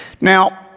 now